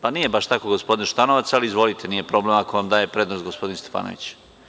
Pa, nije baš tako gospodine Šutanovac, ali izvolite, nije problem, ako vam daje prednost gospodin Stefanović.